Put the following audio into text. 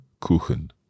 Kuchen